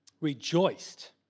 Rejoiced